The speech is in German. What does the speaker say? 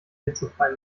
hitzefrei